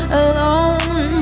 alone